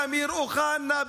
באמיר אוחנה,